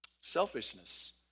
Selfishness